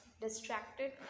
distracted